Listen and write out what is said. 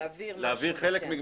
להעביר חלק,